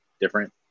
different